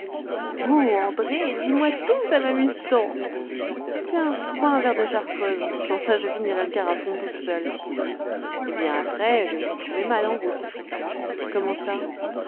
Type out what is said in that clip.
oh andrée dis-moi tout ça m'amuse tant tiens bois un verre de chartreuse sans ça je finirais le carafon toute seule eh bien après je me suis trouvée mal en route comment ça